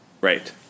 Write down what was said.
right